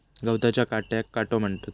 गवताच्या काट्याक काटो म्हणतत